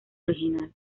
original